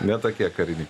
ne tokie kariniai